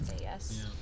yes